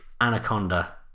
Anaconda